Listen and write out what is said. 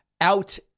out